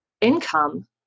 income